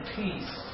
peace